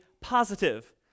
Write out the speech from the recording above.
positive